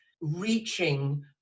reaching